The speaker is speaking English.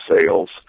sales